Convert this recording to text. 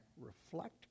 reflect